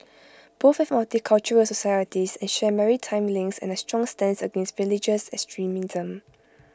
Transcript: both have multicultural societies and share maritime links and A strong stance against religious extremism